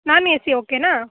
non A C ಓಕೆನಾ